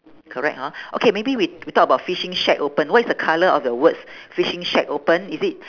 correct hor okay maybe we we talk about fishing shack open what is the colour of the words fishing shack open is it